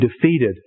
defeated